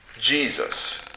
Jesus